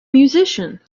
musician